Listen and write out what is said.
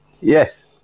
Yes